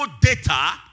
data